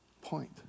point